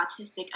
autistic